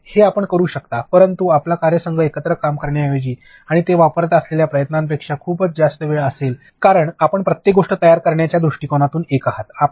होय हे आपण करू शकता परंतु आपला कार्यसंघ एकत्र काम करण्यापेक्षा आणि ते वापरत असलेल्या प्रयत्नांपेक्षा खूपच जास्त वेळ असेल कारण आपण प्रत्येक गोष्ट तयार करण्याच्या दृष्टीकोनातून एक आहात